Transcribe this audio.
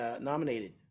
nominated